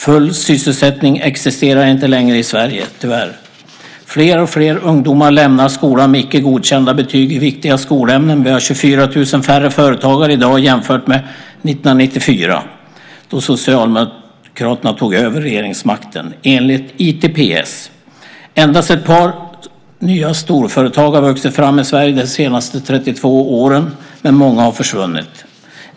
Full sysselsättning existerar inte längre i Sverige - tyvärr. Fler och fler ungdomar lämnar skolan med icke godkända betyg i viktiga skolämnen. Vi har 24 000 färre företagare i dag än 1994 då Socialdemokraterna tog över regeringsmakten - enligt ITPS. Endast ett par nya storföretag har vuxit fram i Sverige de senaste 32 åren, men många har försvunnit.